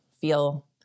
feel